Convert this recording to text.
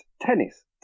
Tennis